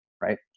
right